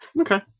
okay